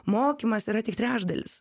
mokymas yra tik trečdalis